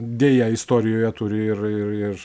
deja istorijoje turi ir ir ir